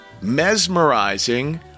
mesmerizing